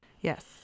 Yes